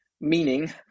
Meaning